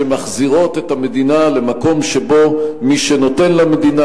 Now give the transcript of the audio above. שמחזירים את המדינה למקום שבו מי שנותן למדינה,